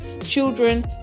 children